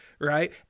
Right